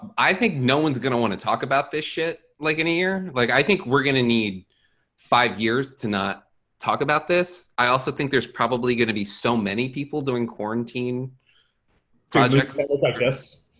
i think no one's gonna want to talk about this shit like in a year. and like i think we're gonna need five years to not talk about this. i also think there's probably going to be so many people doing quarantine projects. that look like this.